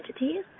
Entities